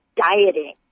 dieting